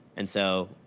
and so,